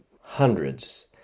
hundreds